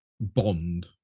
Bond